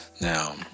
Now